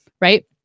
right